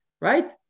right